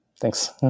Thanks